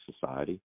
society